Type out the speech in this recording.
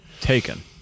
taken